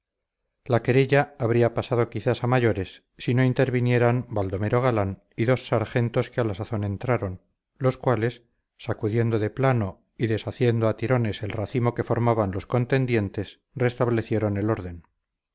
la querella habría pasado quizás a mayores si no intervinieran baldomero galán y dos sargentos que a la sazón entraron los cuales sacudiendo de plano y deshaciendo a tirones el racimo que formaban los contendientes restablecieron el orden